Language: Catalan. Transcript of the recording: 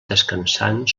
descansant